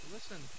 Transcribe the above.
Listen